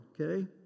Okay